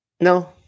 no